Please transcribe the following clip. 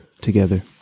together